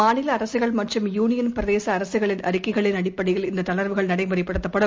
மாநிலஅரசுகள் மற்றும் யூனியன் பிரதேசஅரசுகளின் அறிக்கைகளின் அடிப்படையில் இந்ததளர்வுகள் நடைமுறைப்படுத்தப்படும்